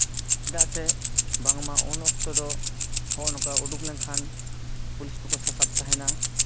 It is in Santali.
ᱪᱮᱫᱟᱜ ᱥᱮ ᱵᱟᱝᱢᱟ ᱩᱱ ᱚᱠᱛᱚ ᱫᱚ ᱱᱚᱜᱼᱚ ᱱᱚᱝᱠᱟ ᱩᱰᱩᱠ ᱞᱮᱱᱠᱷᱟᱱ ᱯᱩᱞᱤᱥ ᱠᱚᱠᱚ ᱥᱟᱥᱟᱵ ᱛᱟᱦᱮᱱᱟ